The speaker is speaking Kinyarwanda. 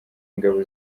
ingabo